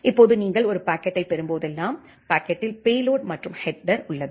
இப்போது நீங்கள் ஒரு பாக்கெட்டைப் பெறும்போதெல்லாம் பாக்கெட்டில் பேலோட் மற்றும் ஹெட்டர் உள்ளது